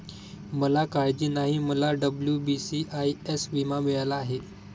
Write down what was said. मला काळजी नाही, मला डब्ल्यू.बी.सी.आय.एस विमा मिळाला आहे